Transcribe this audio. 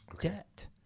debt